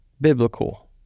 biblical